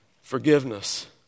forgiveness